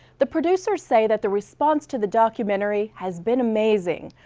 the producers say that the response to the documentary has been amazing.